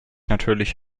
natürlich